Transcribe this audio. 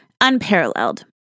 unparalleled